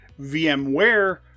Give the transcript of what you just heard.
VMware